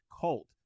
Cult